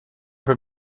как